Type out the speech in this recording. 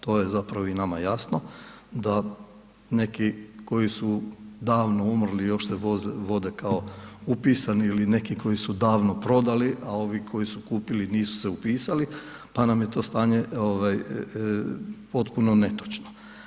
To je zapravo i nama jasno da neki koji su davno umrli, još se vode kao upisani ili neki koji su davno prodali a ovi koji su kupili, nisu se upisali pa nam je to stanje potpuno netočno.